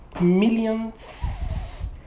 millions